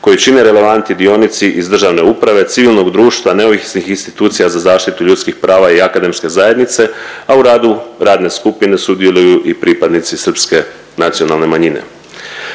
koji čine relevantni dionici iz državne uprave, civilnog društva, neovisnih institucija za zaštitu ljudskih prava i akademske zajednice, a u radu radne skupine sudjeluju i pripadnici srpske nacionalne manjine.